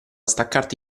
staccarti